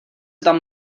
tam